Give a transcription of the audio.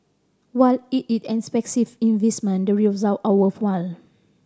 while it is an expensive investment the result are worthwhile